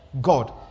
god